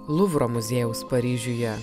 luvro muziejaus paryžiuje